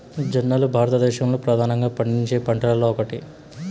జొన్నలు భారతదేశంలో ప్రధానంగా పండించే పంటలలో ఒకటి